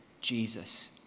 Jesus